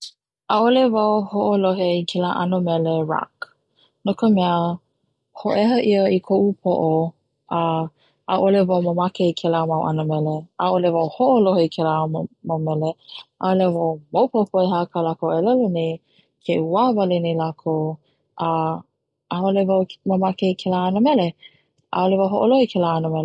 'A'ole wau ho'olohe i kela 'ano mele rock, no ka mea ho'eha ia i ko'u po'o a 'a'ole wau mamake kela 'ano mele, 'a'ole wau ho'olohe i kela 'ano mele 'a'ole wau maopopo he aha ka lakou e 'olelo nei ke uwa wale nei lakou a 'a'ole mamake wau i kela 'ano mele a 'a'ole wau ho'olohe ikela 'ano mele.